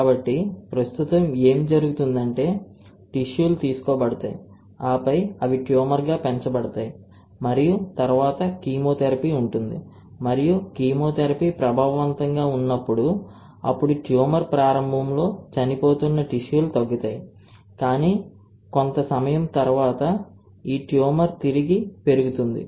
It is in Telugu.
కాబట్టి ప్రస్తుతం ఏమి జరుగుతుందంటే కణాలు తీసుకోబడతాయి ఆపై అవి ట్యూమర్గా పెంచబడతాయి మరియు తరువాత కీమోథెరపీ ఉంటుంది మరియు కెమోథెరపీ ప్రభావవంతంగా ఉన్నప్పుడు అప్పుడు ట్యూమర్ ప్రారంభంలో చనిపోతున్న కణాలు తగ్గుతాయి కానీ కొంత సమయం తరువాత ఈ ట్యూమర్ తిరిగి పెరుగుతుంది